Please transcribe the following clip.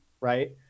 right